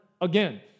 again